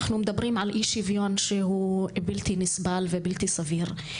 אנחנו מדברים על אי שוויון שהוא בלתי נסבל והוא בלתי סביר.